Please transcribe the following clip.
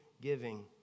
giving